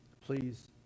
Please